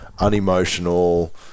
unemotional